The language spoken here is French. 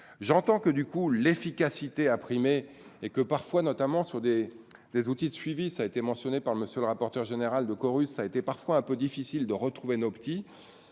j'entends que du coup l'efficacité a primé et que parfois, notamment sur des des outils de suivi ça été mentionné par le monsieur le rapporteur général de Corus a été parfois un peu difficile de retrouver nos petits